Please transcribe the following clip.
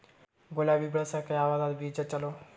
ಗುಲಾಬಿ ಬೆಳಸಕ್ಕ ಯಾವದ ಬೀಜಾ ಚಲೋ?